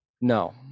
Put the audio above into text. No